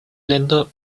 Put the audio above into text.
länder